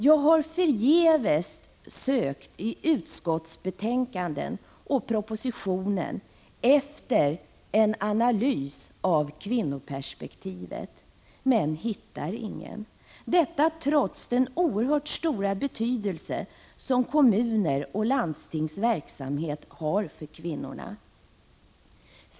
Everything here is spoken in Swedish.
Jag har förgäves sökt i betänkandena och i propositionen efter en analys av kvinnoperspektivet, men jag hittar ingen sådan, detta trots den oerhört stora betydelse som kommuners och landstings verksamhet har för kvinnorna.